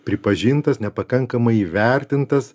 pripažintas nepakankamai įvertintas